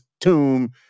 tomb